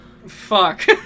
fuck